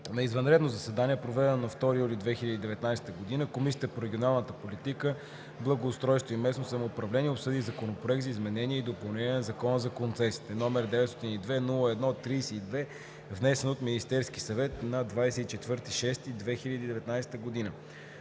На извънредно заседание, проведено на 2 юли 2019 г., Комисията по регионална политика, благоустройство и местно самоуправление обсъди Законопроект за изменение и допълнение на Закона за концесиите, № 902-01-32, внесен от Министерския съвет на 24 юни 2019 г.